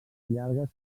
llargues